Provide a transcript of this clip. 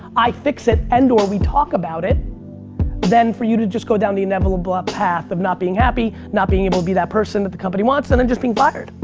i fix it and or we talk about it than for you to just go down the inevitable blah path of not being happy, not being able to be that person that the company wants and then just being fired.